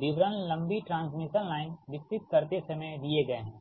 विवरण लंबी transmission line विकसित करते समय दिए गए हैं